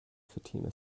fatima